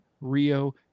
Rio